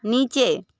नीचे